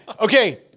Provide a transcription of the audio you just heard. okay